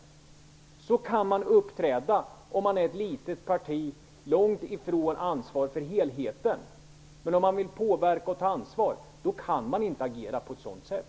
Så kan man uppträda om man representerar ett litet parti, långt ifrån ansvar för helheten. Men om man vill påverka och ta ansvar kan man inte agera på ett sådant sätt.